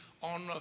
on